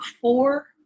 four